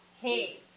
hey